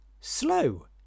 slow